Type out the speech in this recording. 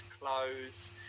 clothes